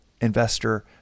investor